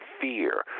fear